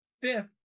fifth